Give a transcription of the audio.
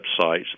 websites